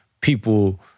people